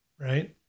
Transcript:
right